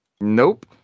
Nope